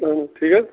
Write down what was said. اَہَن حظ ٹھیٖک